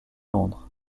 londres